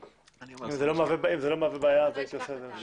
אם זה לא מהווה בעיה, הייתי קובע 16 במארס.